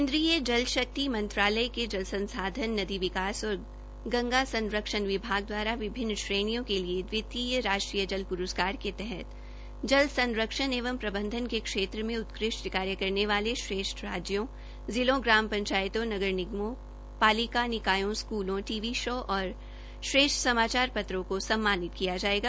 केन्द्रीय जलशक्ति मंत्रालय के जल संसाधन नदी विकास और गंगा संरक्षण संरक्षण विभाग दवारा विभिन्न श्रेणियों के लिए दवितीय राष्ट्रीय जल प्रस्कार के तहत जल संरक्षण एवं प्रबंधन के क्षेत्र में उत्कृष्ट कार्य करने वाले श्रेष्ठ राज्यों जिलों ग्राम पंचायतों नगरिनगमों नगर निकायो स्कूलो टी वी शो और श्रेष्ठ समाचार पत्रों को सम्मानित किया जायेगा